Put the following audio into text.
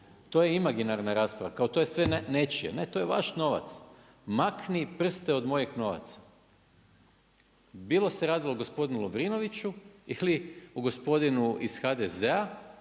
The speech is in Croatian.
To je imaginarna rasprava, kao to je sve nečije. Ne to je vaš novac, makni prste od mojih novaca. Bilo se radilo o gospodinu Lovrinoviću ili o gospodinu iz HDZ-a